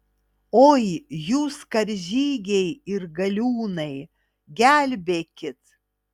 oi jūs karžygiai ir galiūnai gelbėkit